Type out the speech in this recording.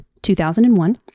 2001